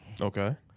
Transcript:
Okay